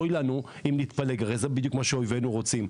אוי לנו אם נתפלג, הרי זה בדיוק מה שאויבנו רוצים.